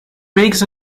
makes